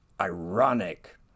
ironic